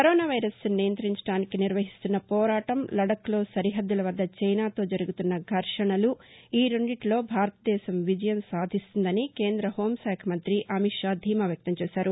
corona వైరస్ను నియంత్రించడానికి నిర్వహిస్తున్న పోరాటం లదఖ్లో సరిహద్దుల వద్ద చైనాతో జరుగుతున్న ఘర్షణలు ఈ రెండింటీలో భారతదేశం విజయం సాధిస్తుందని కేంద్ర హోంశాఖ మంత్రి అమిత్షా ధీమా వ్యక్తం చేశారు